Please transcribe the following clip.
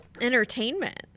entertainment